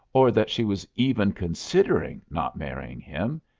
or that she was even considering not marrying him,